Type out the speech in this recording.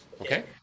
Okay